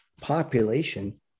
population